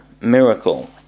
miracle